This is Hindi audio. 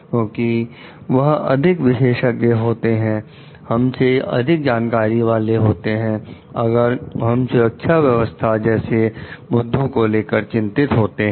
क्योंकि वह अधिक विशेषज्ञ होते हैं हम से अधिक जानकारी वाले होते हैं अगर हम सुरक्षा स्वास्थ्य जैसे मुद्दों को लेकर चिंतित होते हैं